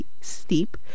steep